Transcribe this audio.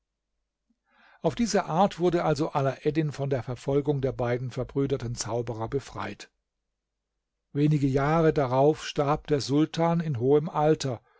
auf diese art wurde also alaeddin von der verfolgung der beiden verbrüderten zauberer befreit wenige jahre darauf starb der sultan in hohem alter